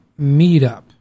meetup